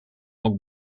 мог